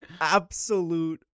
absolute